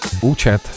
účet